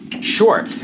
Sure